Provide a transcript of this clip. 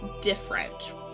different